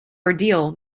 ordeal